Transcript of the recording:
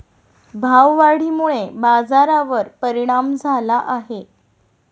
भाववाढीमुळे बाजारावर परिणाम झाला आहे